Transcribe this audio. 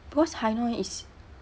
because hai noi is